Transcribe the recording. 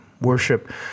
Worship